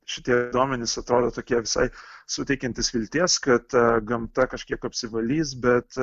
šitie duomenys atrodo tokie visai suteikiantys vilties kad gamta kažkiek apsivalys bet